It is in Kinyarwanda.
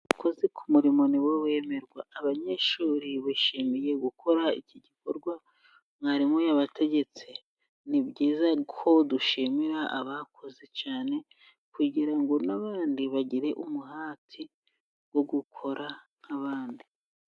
Abakozi ku muririmo ni bo bemerwa. Abanyeshuri bishimiye gukora iki gikorwa mwarimu yabategetse. Ni byiza ko dushimira abakoze cyane kugira ngo n'abandi bagire umuhati wo gukora nk'abandi.